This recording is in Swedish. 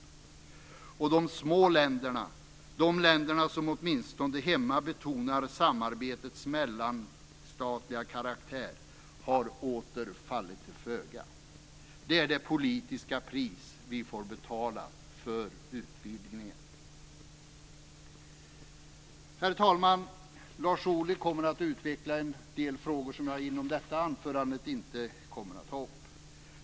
De små länderna, de länder som åtminstone hemma betonar samarbetets mellanstatliga karaktär, har åter fallit till föga. Det är det politiska pris som vi får betala för utvidgningen. Herr talman! Lars Ohly kommer att utveckla en del frågor som jag inte kommer att ta upp inom ramen för detta anförande.